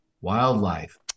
wildlife